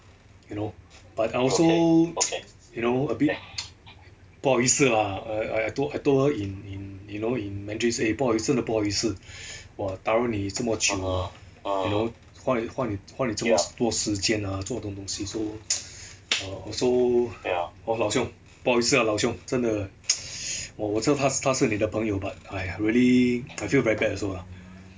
you know but also you know a bit 不好意思啦 err I I I tol~ told her in in you know in mandarin I say 不好意思真的不好意思 !wah! 打扰你这么久啊 you know 花花话你这么多时间啊做这种东西 err also hor 老兄不好意思啊老兄真的 我我我知道她是你的朋友 but !aiya! really I feel very bad also lah